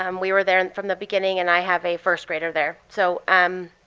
um we were there from the beginning, and i have a first grader there. so um